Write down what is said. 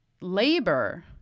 labor